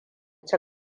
ci